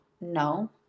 No